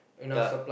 ya